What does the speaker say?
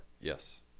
Yes